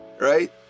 right